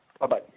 Bye-bye